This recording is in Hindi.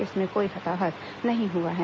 इसमें कोई हताहत नहीं हुआ है